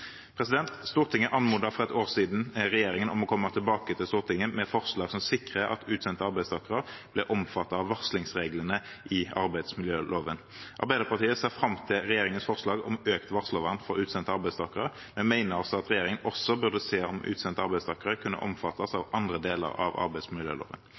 Stortinget anmodet for ett år siden regjeringen om å komme tilbake til Stortinget med forslag som sikrer at utsendte arbeidstakere blir omfattet av varslingsreglene i arbeidsmiljøloven. Arbeiderpartiet ser fram til regjeringens forslag om økt varslervern for utsendte arbeidstakere, men vi mener at regjeringen også burde se på om utsendte arbeidstakere kan omfattes